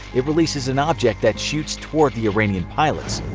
it releases an object that shoots towards the iranian pilots.